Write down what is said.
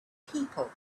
people